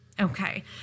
Okay